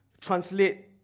translate